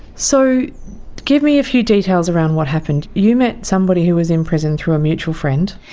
so give me a few details around what happened. you met somebody who was in prison through a mutual friend.